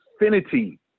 infinity